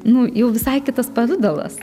nu jau visai kitas pavidalas